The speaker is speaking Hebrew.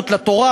כפי שקרה,